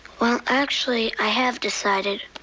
well, actually i have decided.